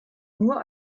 nur